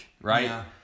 right